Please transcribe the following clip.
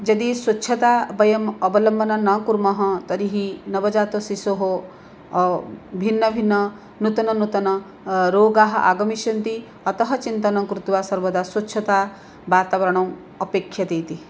यदि स्वच्छतायाः वयम् अवलम्बनं न कुर्मः तर्हि नवजातशिशोः भिन्न भिन्न नूतन नूतन रोगाः आगमिष्यन्ति अतः चिन्तनं कृत्वा सर्वदा स्वच्छतावातावरणम् अपेक्ष्यते इति